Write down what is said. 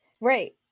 Right